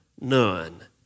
none